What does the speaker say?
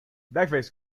backface